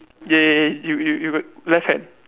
yeah yeah yeah you you got left hand